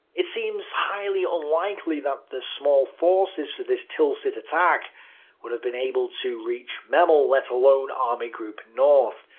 it seems highly unlikely that the small forces for this tilsit attack would have been able to reach memel, let alone army group north.